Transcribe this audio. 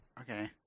Okay